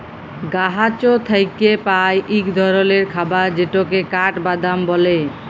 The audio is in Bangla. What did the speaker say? গাহাচ থ্যাইকে পাই ইক ধরলের খাবার যেটকে কাঠবাদাম ব্যলে